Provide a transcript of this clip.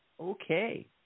Okay